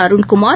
Arunkumar